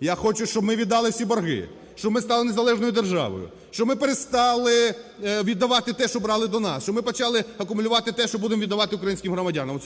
Я хочу, щоб ми віддали всі борги, щоб ми стали незалежною державою, щоб ми перестали віддавати те, що брали до нас, щоб ми почали акумулювати те, що будемо віддавати українським громадянам,